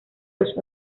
los